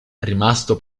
rimasto